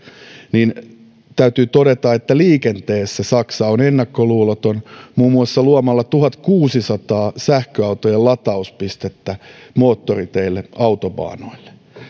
mutta täytyy todeta että samaan aikaan liikenteessä saksa on ennakkoluuloton muun muassa luomalla tuhannenkuudensadan sähköautojen latauspistettä moottoriteille autobaanoille